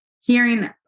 hearing